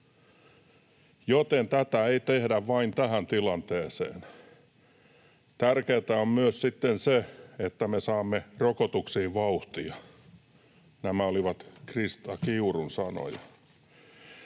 joten tätä ei tehdä vain tähän tilanteeseen. Tärkeätä on myös sitten se, että me saamme rokotuksiin vauhtia.” Nämä olivat Krista Kiurun sanoja.